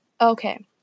Okay